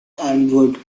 elmwood